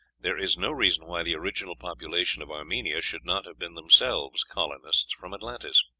there is no reason why the original population of armenia should not have been themselves colonists from atlantis.